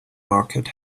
market